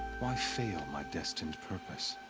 why fail my destined purpose?